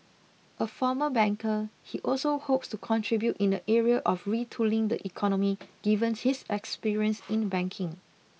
a former banker he also hopes to contribute in the area of retooling the economy given his experience in banking